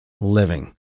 living